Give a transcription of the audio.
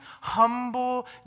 humble